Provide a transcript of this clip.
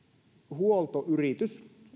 huoltoyritys